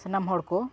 ᱥᱟᱱᱟᱢ ᱦᱚᱲ ᱠᱚ